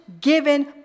given